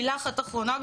מילה אחת אחרונה,